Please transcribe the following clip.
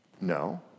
No